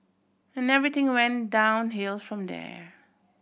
and everything went downhill from there